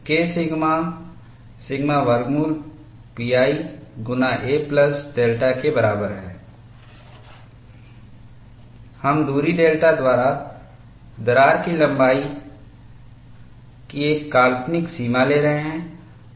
K sigma sigma वर्गमूल pi गुना a plus delta के बराबर है हम दूरी डेल्टा द्वारा दरार की लंबाई की एक काल्पनिक सीमा ले रहे हैं